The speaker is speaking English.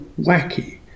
wacky